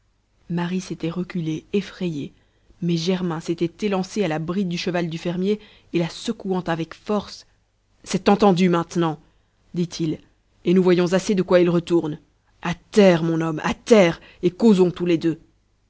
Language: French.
marie s'était reculée effrayée mais germain s'était élancé à la bride du cheval du fermier et la secouant avec force c'est entendu maintenant dit-il et nous voyons assez de quoi il retourne a terre mon homme à terre et causons tous les deux